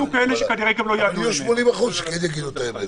אני רק חושש שאם נעשה את זה,